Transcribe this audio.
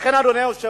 לכן, אדוני היושב-ראש,